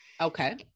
Okay